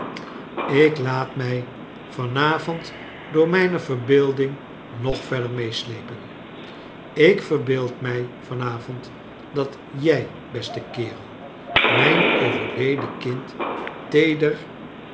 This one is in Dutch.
ik laat mij van avond door mijne verbeelding nog verder meesleepen ik verbeeld mij van avond dat jij beste kerel mijn overleden kind teeder